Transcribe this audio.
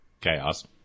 chaos